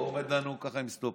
הוא עומד לנו, ככה, עם סטופר.